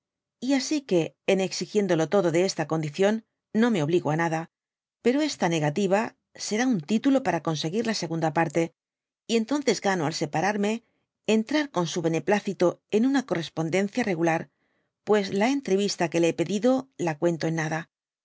y asi que en exigiéndolo todo de esta condición no me obligo á nada pero esta negatiya será un titulo para conseguir la segunda parte y entonces gano al separarme entrar con su beneplácito en dby google una correfpodenda regular pues la entrevista qae le hé pedido la cuento en nada